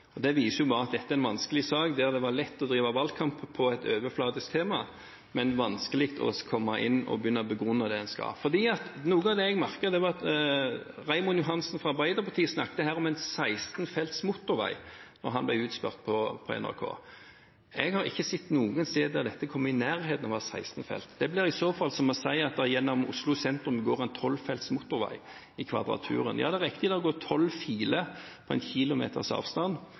debatt. Det viser bare at dette er en vanskelig sak, der det var lett å drive valgkamp på et overfladisk tema, men vanskelig å komme inn og begynne å begrunne det en skal. Noe av det jeg merket, var at Raymond Johansen fra Arbeiderpartiet snakket her om en 16 felts motorvei da han ble utspurt på NRK. Jeg har ikke sett noe sted der dette kommer i nærheten av å være 16 felt. Det blir i så fall som å si at det gjennom Oslo sentrum går en 12 felts motorvei i Kvadraturen. Ja, det er riktig, det går 12 filer på en kilometers avstand,